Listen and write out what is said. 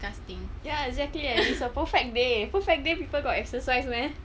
ya exactly it's a perfect day perfect day people got exercise meh